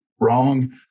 wrong